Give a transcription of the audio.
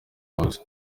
hose